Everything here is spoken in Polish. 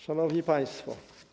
Szanowni Państwo!